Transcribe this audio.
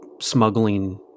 smuggling